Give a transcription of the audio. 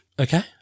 Okay